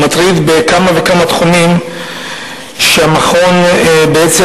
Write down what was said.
הוא מטריד בכמה וכמה תחומים שהמכון מפרט.